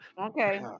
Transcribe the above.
Okay